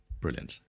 Brilliant